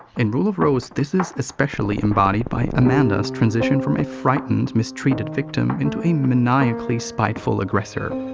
in rule of rose, this is especially embodied by amanda's transition from a frightened, mistreated victim into a maniacally spiteful aggressor.